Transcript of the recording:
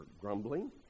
grumbling